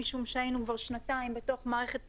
משום היינו כבר שנתיים בתוך מערכת בחירות,